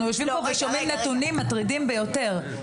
אנחנו שומעים פה נתונים מטרידים ביותר.